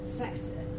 sector